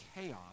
chaos